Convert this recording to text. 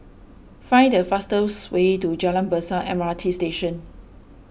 find the fastest way to Jalan Besar M R T Station